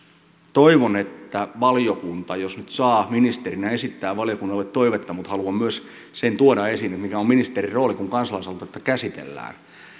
toivon että valiokunta jos nyt saa ministerinä esittää valiokunnalle toivetta mutta haluan myös sen tuoda esille mikä on ministerin rooli kun kansalaisaloitetta käsitellään